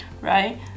right